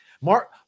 Mark